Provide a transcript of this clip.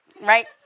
right